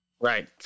Right